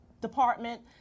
department